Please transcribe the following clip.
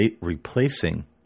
replacing